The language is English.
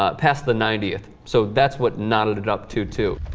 ah past the ninetieth so that's what not adopted two two